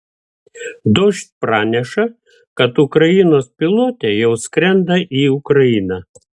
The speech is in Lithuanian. dožd praneša kad ukrainos pilotė jau skrenda į ukrainą